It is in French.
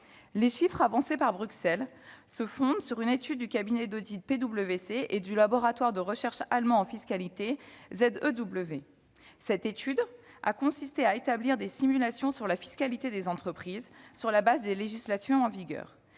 Les chiffres avancés par Bruxelles se fondent sur une étude du cabinet d'audit PwC et du laboratoire allemand de recherche en fiscalité ZEW. Cette étude a consisté à établir des simulations de la fiscalité des entreprises, sur le fondement des législations en vigueur